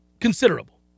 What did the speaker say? considerable